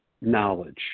knowledge